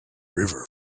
river